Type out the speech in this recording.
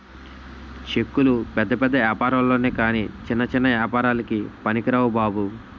చెక్కులు పెద్ద పెద్ద ఏపారాల్లొనె కాని చిన్న చిన్న ఏపారాలకి పనికిరావు బాబు